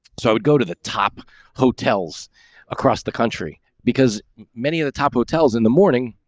so i would go to the top hotels across the country because many of the top hotels in the morning,